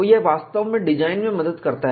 तो यह वास्तव में डिजाइन में मदद करता है